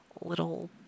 little